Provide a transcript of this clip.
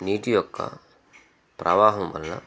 నీటి యొక్క ప్రవాహం వల్ల